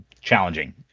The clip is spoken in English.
challenging